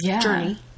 journey